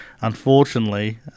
Unfortunately